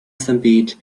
stampede